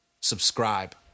Subscribe